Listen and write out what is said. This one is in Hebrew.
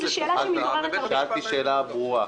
שאלתי שאלה ברורה,